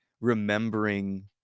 remembering